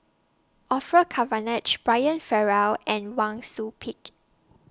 Orfeur Cavenagh Brian Farrell and Wang Sui Pick